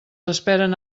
esperen